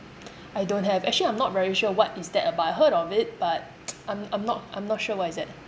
I don't have actually I'm not very sure what is that about I heard of it but I'm I'm not I'm not sure what is that